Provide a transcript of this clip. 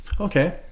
Okay